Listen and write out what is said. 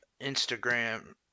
instagram